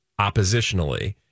oppositionally